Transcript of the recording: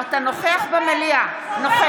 אתה נוכח במליאה.